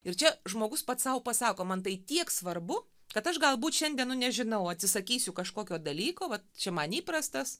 ir čia žmogus pats sau pasako man tai tiek svarbu kad aš galbūt šiandien nu nežinau atsisakysiu kažkokio dalyko vat čia man įprastas